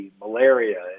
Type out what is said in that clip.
malaria